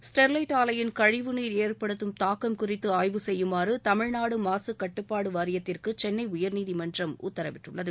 Sterlite ஆலையின் கழிவு நீர் ஏற்படுத்தும் தாக்கம் குறித்து ஆய்வு செய்யுமாறு தமிழ்நாடு மாசு கட்டுப்பாடு வாரியத்திற்கு சென்னை உயர்நீதிமன்றம் உத்தரவிட்டுள்ளது